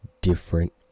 different